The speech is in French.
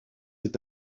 est